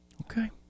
Okay